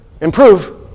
Improve